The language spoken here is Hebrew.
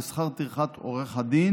ואת שכר טרחת עורך הדין,